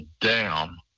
down